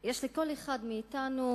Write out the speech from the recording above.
אחמד טיבי.